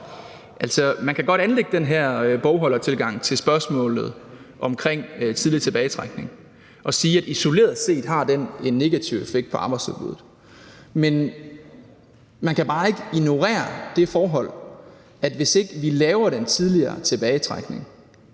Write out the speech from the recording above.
man kan godt anlægge den her bogholdertilgang til spørgsmålet om tidlig tilbagetrækning og sige, at isoleret set har det en negativ effekt på arbejdsudbuddet. Men man kan bare ikke ignorere det forhold, at hvis ikke vi laver den tidligere tilbagetrækning,